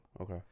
Okay